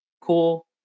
cool